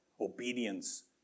obedience